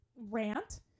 rant